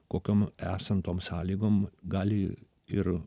kokiom esant tom sąlygom gali ir